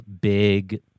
big